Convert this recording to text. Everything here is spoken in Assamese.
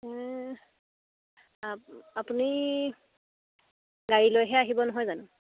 আপ আপুনি গাড়ী লৈহে আহিব নহয় জানো